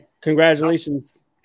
congratulations